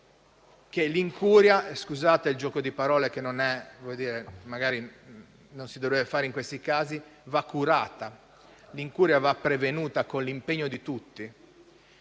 L'incuria - scusate il gioco di parole che non si dovrebbe fare in questi casi - va curata; l'incuria va prevenuta con l'impegno di tutti.